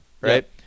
right